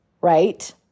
right